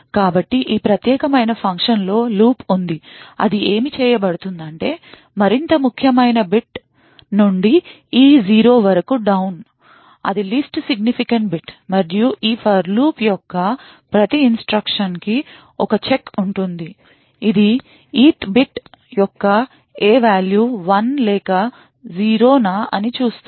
కాబట్టి ఈ ప్రత్యేకమైన ఫంక్షన్లో లూప్ ఉంది అది ఏమి చేయబడుతుందంటే మరింత ముఖ్యమైన బిట్ నుండి e 0 వరకు డౌన్ అది least significant bit మరియు ఈ ఫర్ లూప్ యొక్క ప్రతి ఇటఱషన్ కి ఒక చెక్ ఉంటుంది అది ఇత్ బిట్ యొక్క ఏ వేల్యూ 1 లెక్క 0 నా అని చూస్తుంది